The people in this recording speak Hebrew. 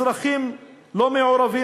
אזרחים לא מעורבים,